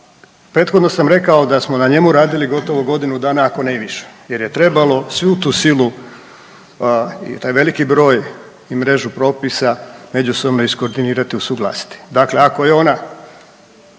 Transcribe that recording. prethodno sam rekao da smo na njemu radili gotovo godinu dana, ako ne i više jer je trebalo svu tu silu i taj veliki broj i mrežu propisa međusobno iskoordinirati i usuglasiti. Dakle, ako je ona